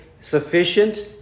sufficient